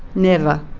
never